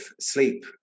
sleep